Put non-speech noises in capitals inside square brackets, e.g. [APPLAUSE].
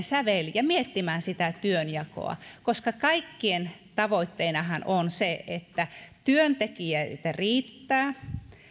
[UNINTELLIGIBLE] sävelen ja miettimään sitä työnjakoa koska kaikkien tavoitteenahan on se että työntekijöitä riittää